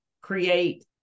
create